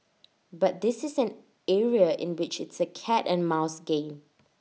but this is an area in which it's A cat and mouse game